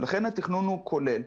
לכן התכנון הוא כולל.